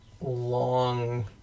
long